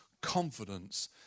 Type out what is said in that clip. confidence